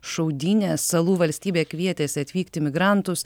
šaudynės salų valstybė kvietėsi atvykti imigrantus